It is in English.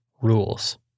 rules